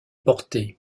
portée